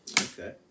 Okay